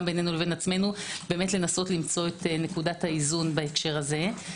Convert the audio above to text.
גם בינינו לבין עצמנו בניסיון להגיע לנקודת האיזון בהקשר זה.